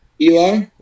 Eli